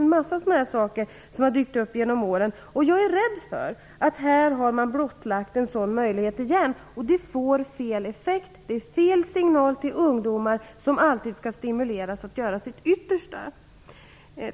En massa sådana här saker har dykt upp genom åren. Jag är rädd för att man här har blottlagt ännu en sådan möjlighet, och det får fel effekt. Det är fel signal till ungdomar, som alltid skall stimuleras att göra sitt yttersta.